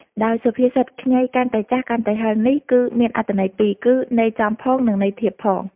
ដោយសុភាសិត ខ្ញីកាន់តែចាស់ កាន់តែហឹរ នេះគឺមានអត្ថន័យពីរគឺ ន័យចំផង និងន័យធៀបផង។